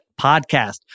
podcast